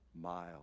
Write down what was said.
mile